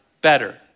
Better